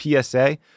PSA